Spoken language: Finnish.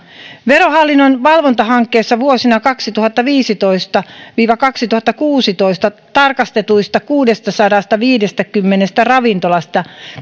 verohallinnon valvontahankkeessa vuosina kaksituhattaviisitoista viiva kaksituhattakuusitoista tarkastetuista kuudestasadastaviidestäkymmenestä ravintolasta